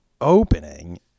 opening